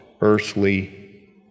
earthly